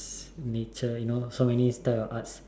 nature you know so many types of arts